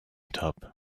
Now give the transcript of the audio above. top